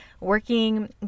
working